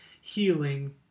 healing